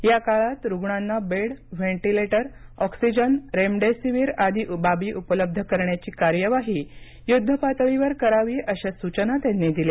या काळात रुग्णांना बेड व्हेंटीलेटर ऑक्सिजन रेमडिसिव्हीर आदी बाबी उपलब्ध करण्याची कार्यवाही युद्धपातळीवर करावी अशा सूचना त्यांनी दिल्या